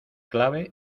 clave